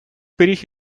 пиріг